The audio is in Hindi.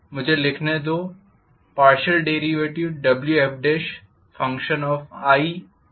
मुझे लिखने दो FWfixx